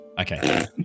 Okay